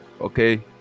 okay